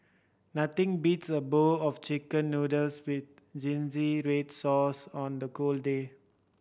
nothing beats a bowl of Chicken Noodles with red sauce on a cold day